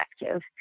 effective